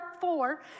four